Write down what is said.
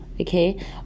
okay